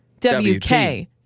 W-K